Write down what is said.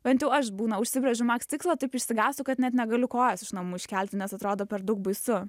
bent jau aš būna užsibrėžiu maks tikslą taip išsigąstu kad net negaliu kojos iš namų iškelti nes atrodo per daug baisu